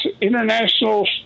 international